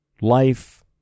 life